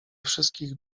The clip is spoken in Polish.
wszystkich